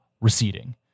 receding